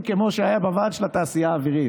כמו שהיה בוועדה של התעשייה האווירית,